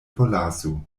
forlasu